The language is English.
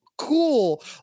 Cool